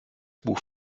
buch